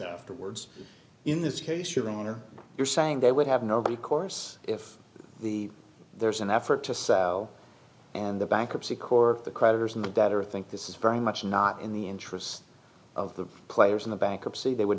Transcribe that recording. afterwards in this case your honor you're saying they would have nobody course if the there's an effort to sell and the bankruptcy court the creditors and the debtor think this is very much not in the interest of the players in the bankruptcy they would